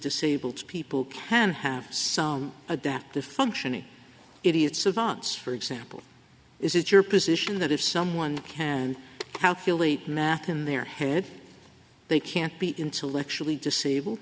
disabled people can have some adaptive functioning idiot savant for example is it your position that if someone can calculate math in their head they can't be intellectually disable